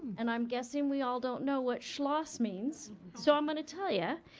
and i'm guessing we all don't know what schloss means so i'm gonna tell ya.